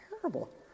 terrible